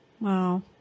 Wow